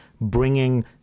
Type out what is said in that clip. bringing